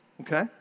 Okay